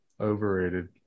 overrated